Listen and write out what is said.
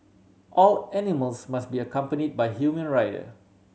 all animals must be accompany by human rider